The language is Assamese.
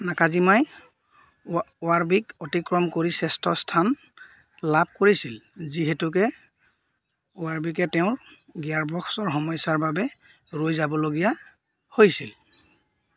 নাকাজিমাই ৱাৰৱিক অতিক্ৰম কৰি ষষ্ঠ স্থান লাভ কৰিছিল যিহেতুকে ৱাৰৱিকে তেওঁৰ গিয়াৰবক্সৰ সমস্যাৰ বাবে ৰৈ যাবলগীয়া হৈছিল